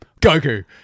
Goku